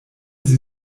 sie